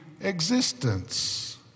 existence